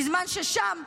בזמן ששם,